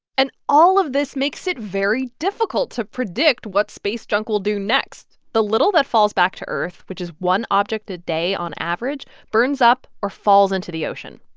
and all of this makes it very difficult to predict what space junk will do next. the little that falls back to earth, which is one object a day on average, burns up or falls into the ocean.